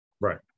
Right